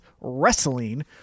wrestling